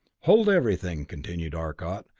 hold everything, continued arcot.